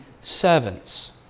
servants